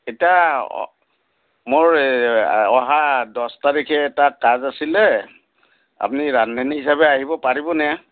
এতিয়া মোৰ অহা দহ তাৰিখে এটা কাজ আছিলে আপুনি ৰান্ধনী হিচাপে আহিব পাৰিবনে